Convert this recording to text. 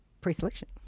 pre-selection